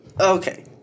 Okay